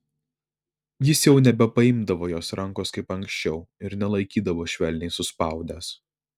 jis jau nebepaimdavo jos rankos kaip anksčiau ir nelaikydavo švelniai suspaudęs